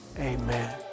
amen